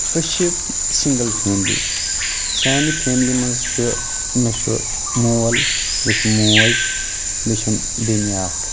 أسۍ چھِ single family سانہِ فیملی منٛز چھُ مےٚ چھُ مول مےٚ چھِ موج مےٚ چھےٚ بیٚنہِ اکھ